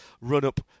run-up